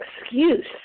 excuse